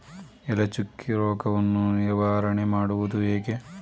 ಎಲೆ ಚುಕ್ಕಿ ರೋಗವನ್ನು ನಿವಾರಣೆ ಮಾಡುವುದು ಹೇಗೆ?